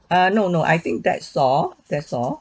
err no no I think that's all that's all